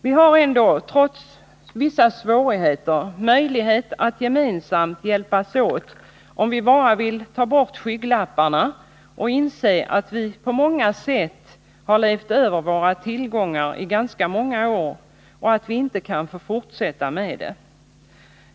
Vi har ändå trots vissa svårigheter möjlighet att gemensamt hjälpas åt om vi bara vill ta bort skygglapparna och inse att vi på många sätt levt över våra tillgångar i ganska många år och att vi nu inte kan fortsätta med det.